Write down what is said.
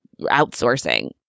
outsourcing